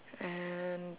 and